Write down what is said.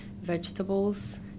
vegetables